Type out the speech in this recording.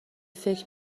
فکر